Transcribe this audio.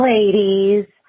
ladies